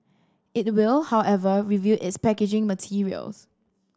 it will however review its packaging materials